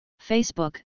Facebook